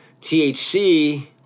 THC